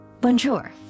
Bonjour